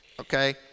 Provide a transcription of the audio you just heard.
Okay